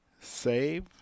SAVE